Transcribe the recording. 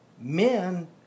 men